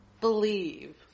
believe